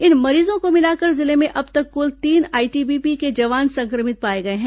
इन मरीजों को मिलाकर जिले में अब तक कुल तीन आईटीबीपी के जवान संक्रमित पाए गए हैं